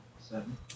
Seven